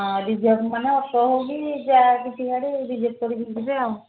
ହଁ ରିଜର୍ଭ ମାନେ ଅଟୋ ହେଉକି ଯାହା କିଛି ଗାଡ଼ି ରିଜର୍ଭ୍ କରିକି ଯିବେ ଆଉ